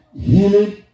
Healing